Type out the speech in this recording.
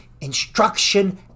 instruction